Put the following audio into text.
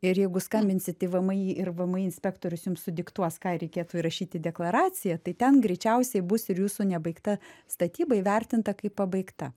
ir jeigu skambinsit į vmi ir vmi inspektorius jums sudiktuos ką reikėtų įrašyti deklaraciją tai ten greičiausiai bus ir jūsų nebaigta statyba įvertinta kaip pabaigta